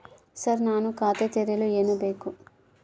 Sir ನಾನು ಖಾತೆ ತೆರೆಯಲು ಏನು ಬೇಕು?